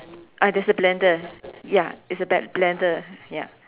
ah there's a blender ya it's a ba~ blender ya